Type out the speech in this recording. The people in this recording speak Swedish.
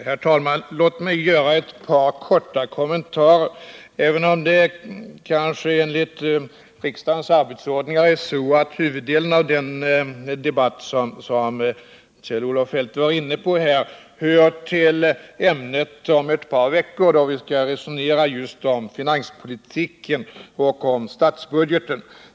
Herr talman! Låt mig göra ett par korta kommentarer, även om det enligt riksdagens arbetsordning kanske är så att huvuddelen av den debatt som Kjell-Olof Feldt var inne på hör till det ämne som skall behandlas om ett par veckor, då vi skall resonera just om finanspolitiken och om statsbudgeten.